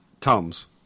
tums